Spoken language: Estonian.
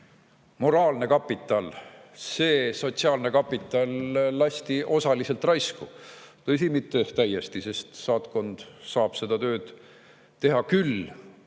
moraalne kapital, see sotsiaalne kapital lasti osaliselt raisku – tõsi, mitte täiesti, sest saatkond saab seda tööd teha küll.